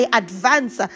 advance